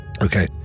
Okay